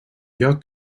lloc